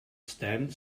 stand